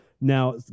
Now